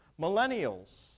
Millennials